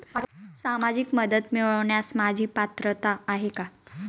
सामाजिक मदत मिळवण्यास माझी पात्रता आहे का?